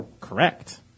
Correct